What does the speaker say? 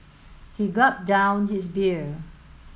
he gulped down his beer